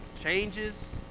changes